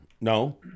No